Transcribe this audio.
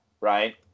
right